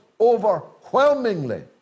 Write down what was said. overwhelmingly